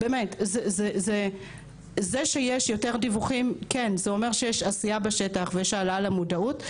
זה שיש יותר דיווחים זה אומר שיש עשייה בשטח ויש העלאה למודעות.